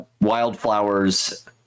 wildflowers